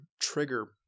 trigger